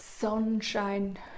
sunshine